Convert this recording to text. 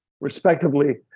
respectively